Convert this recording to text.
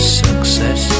success